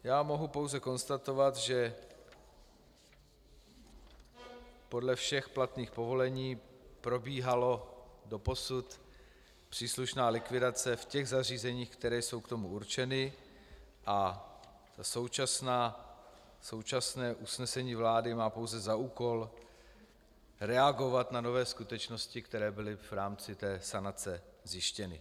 Já mohu pouze konstatovat, že podle všech platných povolení probíhala doposud příslušná likvidace v těch zařízeních, která jsou k tomu určena, a současné usnesení vlády má pouze za úkol reagovat na nové skutečnosti, které byly v rámci sanace zjištěny.